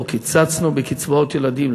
לא קיצצנו בקצבאות ילדים,